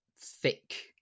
thick